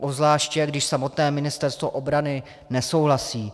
Obzvláště když samotné Ministerstvo obrany nesouhlasí.